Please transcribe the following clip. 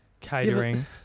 catering